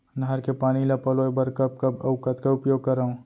नहर के पानी ल पलोय बर कब कब अऊ कतका उपयोग करंव?